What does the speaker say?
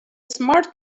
smart